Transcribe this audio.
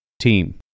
team